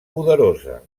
poderosa